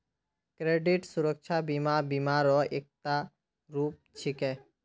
credit सुरक्षा बीमा बीमा र एकता रूप छिके